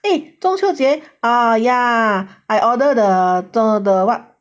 eh 中秋节 ah yeah I order the the [what]